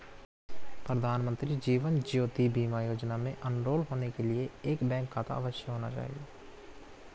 प्रधानमंत्री जीवन ज्योति बीमा योजना में एनरोल होने के लिए एक बैंक खाता अवश्य होना चाहिए